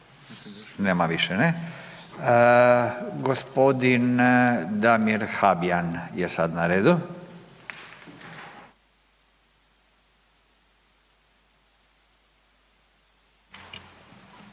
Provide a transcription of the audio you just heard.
Nemate više replika. Gospodin Damir Habijan je sad na redu.